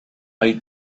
eat